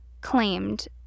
claimed